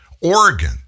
Oregon